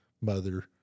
mother